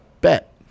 Bet